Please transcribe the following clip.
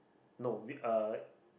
no we uh